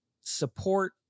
support